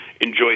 Enjoy